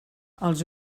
els